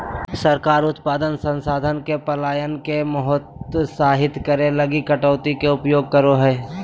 सरकार उत्पादक संसाधन के पलायन के हतोत्साहित करे लगी कटौती के उपयोग करा हइ